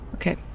Okay